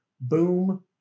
boom